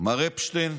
מר אפשטיין,